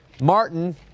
Martin